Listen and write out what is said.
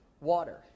water